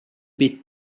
bit